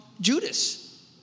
Judas